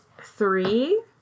three